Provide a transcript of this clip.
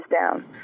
down